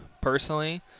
personally –